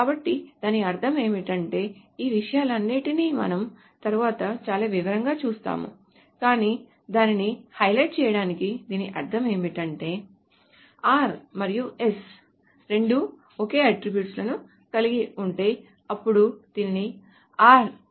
కాబట్టి దీని అర్థం ఏమిటంటే ఈ విషయాలన్నింటినీ మనం తరువాత చాలా వివరంగా చూస్తాము కానీ దానిని హైలైట్ చేయడానికి దీని అర్థం ఏమిటంటే r మరియు s రెండూ ఒకే అట్ట్రిబ్యూట్స్ లను కలిగి ఉంటే అప్పుడు దీనిని r